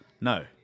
No